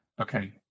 okay